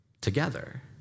Together